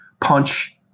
punch